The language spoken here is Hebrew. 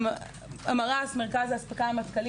המרה"ס - מרכז ההספקה המטכ"לי.